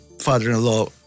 father-in-law